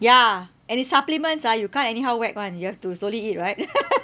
ya and it's supplements ah you can't anyhow whack [one] you have to slowly eat right